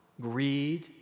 greed